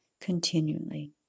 continually